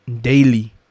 daily